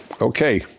Okay